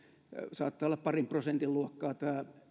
saattaa olla keskimäärin parin prosentin luokkaa tämä